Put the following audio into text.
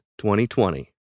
2020